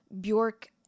Bjork